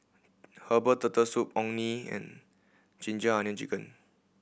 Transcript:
herbal Turtle Soup Orh Nee and ginger onion chicken